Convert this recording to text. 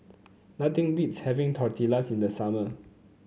nothing beats having Tortillas in the summer